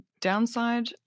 downside